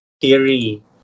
theory